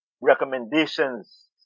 recommendations